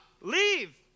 Leave